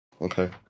Okay